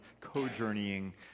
co-journeying